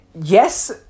yes